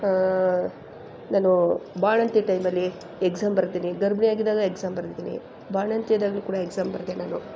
ನಾನು ಬಾಣಂತಿ ಟೈಮಲ್ಲಿ ಎಕ್ಸಾಮ್ ಬರೆದೀನಿ ಗರ್ಭಿಣಿಯಾಗಿದ್ದಾಗ ಎಕ್ಸಾಮ್ ಬರ್ದಿದ್ದೀನಿ ಬಾಣಂತಿ ಅದಾಗಲೂ ಕೂಡ ಎಕ್ಸಾಮ್ ಬರದೇ ನಾನು